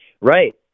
Right